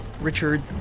Richard